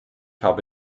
habe